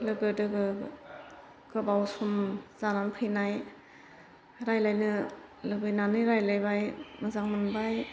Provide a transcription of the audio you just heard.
लोगो दोगो गोबाव सम जानानै फैनाय रायज्लायनो लुबैनानै रायज्लायबाय मोजां मोनबाय